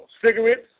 cigarettes